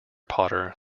potter